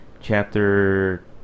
chapter